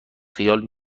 خیال